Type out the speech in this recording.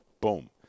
Boom